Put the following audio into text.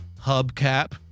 hubcap